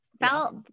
felt